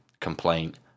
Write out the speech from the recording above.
complaint